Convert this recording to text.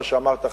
מה שאמרת,